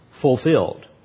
fulfilled